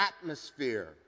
atmosphere